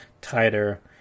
tighter